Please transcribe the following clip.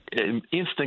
instant